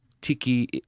tiki